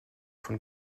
von